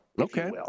Okay